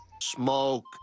Smoke